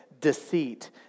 Deceit